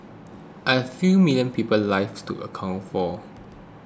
I few million people's lives to account for